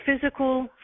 physical